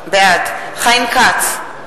בעד חיים כץ,